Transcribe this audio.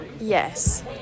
Yes